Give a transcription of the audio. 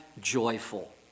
joyful